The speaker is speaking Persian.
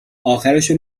آخرشو